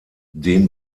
den